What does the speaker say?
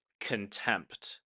contempt